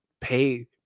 pay